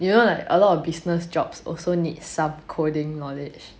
you know like a lot of business jobs also need some coding knowledge